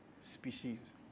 species